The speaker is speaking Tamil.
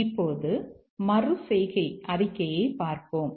இப்போது மறு செய்கை அறிக்கையைப் பார்ப்போம்